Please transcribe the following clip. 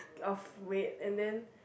of weight and then